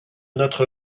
notre